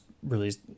released